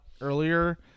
earlier